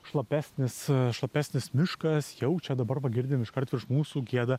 šlapesnis šlapesnis miškas jau čia dabar va girdim iškart virš mūsų gieda